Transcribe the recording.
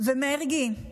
ומרגי,